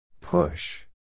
Push